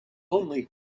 only